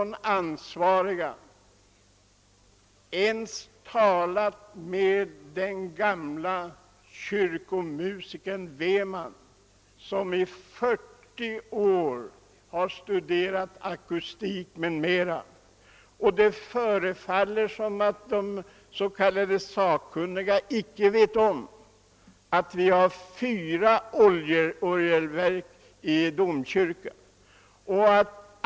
De ansvariga har inte ens talat med den gamle domkyrkoorganisten Weman, som i 40 år kunnat studera domkyrkans akustiska förhållanden. Det förefaller som om de s.k. sakkunniga icke kände till att det finns fyra orgelverk i Uppsala domkyrka.